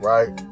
Right